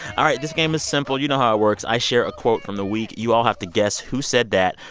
all right, this game is simple. you know how it works. i share a quote from the week. you all have to guess who said that.